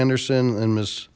henderson and m